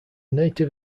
native